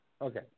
Okay